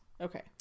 okay